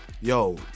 Yo